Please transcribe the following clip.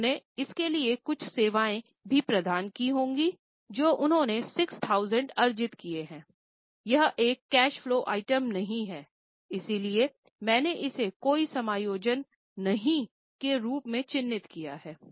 उन्होंने इसके लिए कुछ सेवाएँ भी प्रदान की होंगी जो उन्होंने 6000 अर्जित किए हैं यह एक कैश फलो आइटम नहीं है इसलिए मैंने इसे कोई समायोजन नहीं के रूप में चिह्नित किया है